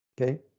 Okay